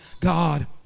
God